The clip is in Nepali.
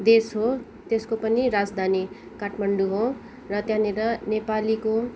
देश हो त्यसको पनि राजधानी काठमाडौँ हो र त्यहाँनिर नेपालीको